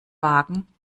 wagen